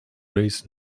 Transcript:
race